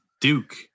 Duke